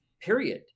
period